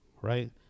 right